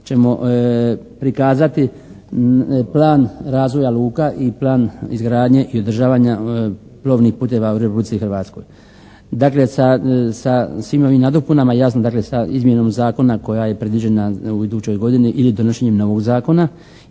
ćemo prikazati plan razvoja luka i plan izgradnje i održavanja plovnih puteva u Republici Hrvatskoj. Dakle, sa svim ovim nadopunama, jasno dakle sa izmjenom Zakona koja je predviđena u idućoj godini ili donošenjem novog zakona